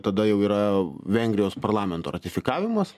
tada jau yra vengrijos parlamento ratifikavimas